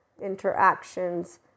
interactions